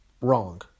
Wrong